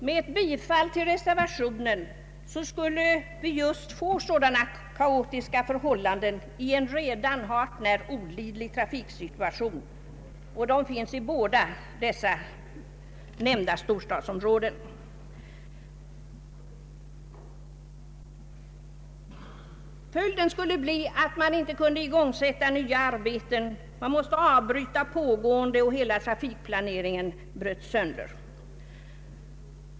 Med ett bifall till reservationen skulle vi få kaotiska förhållanden i den redan hart när olidliga trafiksituation, som råder i nämnda båda storstadsområden. Följden skulle bli att nya arbeten inte kunde igångsättas, att pågåen de arbeten finge avbrytas och att hela trafikplaneringen skulle brytas sönder.